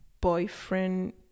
boyfriend